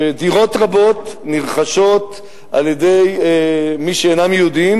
שדירות רבות נרכשות על-ידי מי שאינם יהודים